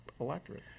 electorate